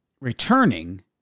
returning